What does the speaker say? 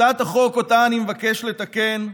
הצעת החוק שאותה אני מבקש לתקן,